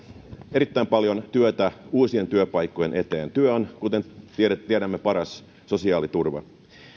erittäin paljon työtä uusien työpaikkojen eteen työ on kuten tiedämme paras sosiaaliturva